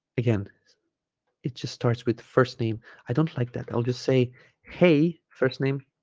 again it just starts with first name i don't like that i'll just say hey first name